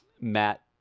Matt